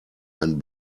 ein